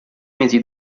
mesi